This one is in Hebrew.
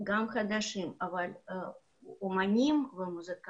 חדשים וגם ותיקים.